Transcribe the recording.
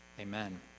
amen